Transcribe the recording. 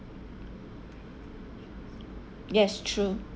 yes true